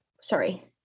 Sorry